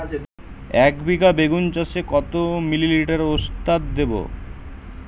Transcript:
একবিঘা বেগুন চাষে কত মিলি লিটার ওস্তাদ দেবো?